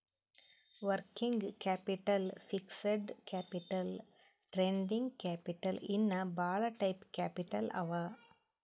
working capital, fixed capital, trading capital ಇನ್ನಾ ಭಾಳ type capital ಅವಾ